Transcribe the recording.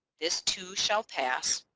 this too shall pass,